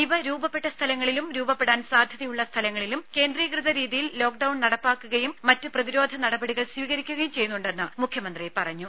ഇവ രൂപപ്പെട്ട സ്ഥലങ്ങളിലും രൂപപ്പെടാൻ സാധ്യതയുള്ള സ്ഥലങ്ങളിലും കേന്ദ്രീകൃത രീതിയിൽ ലോക്ക്ഡൌൺ നടപ്പാക്കുകയും മറ്റു പ്രതിരോധ നടപടികൾ സ്വീകരിക്കുകയും ചെയ്യുന്നുണ്ടെന്ന് മുഖ്യമന്ത്രി പറഞ്ഞു